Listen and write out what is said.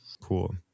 Cool